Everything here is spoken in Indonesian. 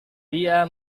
dia